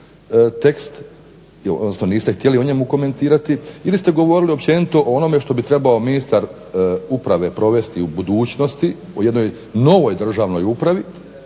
tekst, odnosno niste htjeli o njemu komentirati ili ste govorili općenito o onome što bi trebao ministar uprave provesti u budućnosti, o jednoj novoj državnoj upravi